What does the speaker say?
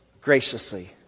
graciously